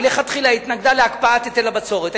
מלכתחילה התנגדה להקפאת היטל הבצורת,